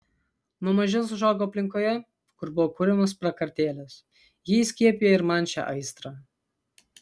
nuo mažens užaugau aplinkoje kur buvo kuriamos prakartėlės ji įskiepijo ir man šią aistrą